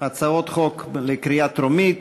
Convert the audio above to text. הצעות חוק לקריאה טרומית.